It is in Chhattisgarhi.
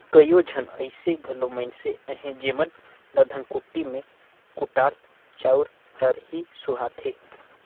कइयो झन अइसे घलो मइनसे अहें जेमन ल धनकुट्टी में कुटाल चाँउर हर ही सुहाथे